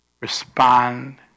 respond